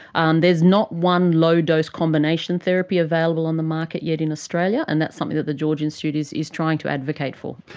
there's not one low-dose combination therapy available on the market yet in australia, and that's something that the george institute is is trying to advocate for.